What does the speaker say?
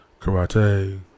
karate